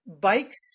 bikes